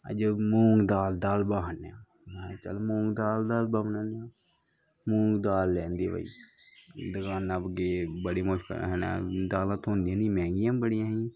अज्ज मूंग दाल दा हलवा खन्ने आं महां चल मूंग दाल दा हलवा बनान्ने आं मूंग दाल लेआंदी भाई दकाना पर गे बड़ी मुश्कला कन्नै दालां थ्होंदियां नेईं हियां मैंह्गियां बड़ियां हां